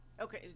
okay